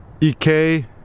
ek